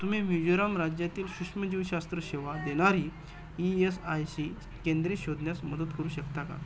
तुम्ही मिझोराम राज्यातील सूक्ष्मजीवशास्त्र सेवा देणारी ई येस आय सी केंद्रे शोधण्यास मदत करू शकता का